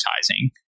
advertising